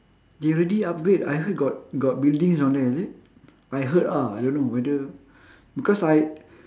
they already upgrade I heard got got buildings down there is it I heard ah I don't know whether because I